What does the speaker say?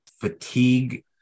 fatigue